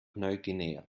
neuguinea